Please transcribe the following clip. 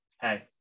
hey